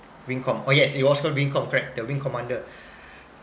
wing com oh yes it was called wing com correct the wing commander